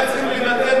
נכון,